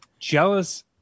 jealous